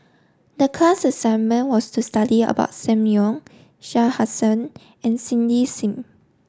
the class assignment was to study about Sam Leong Shah Hussain and Cindy Sim